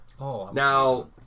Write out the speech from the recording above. Now